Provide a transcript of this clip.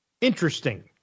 Interesting